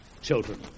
children